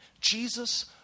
Jesus